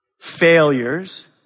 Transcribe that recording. failures